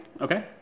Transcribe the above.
Okay